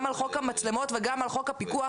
גם על חוק המצלמות וגם על חוק הפיקוח,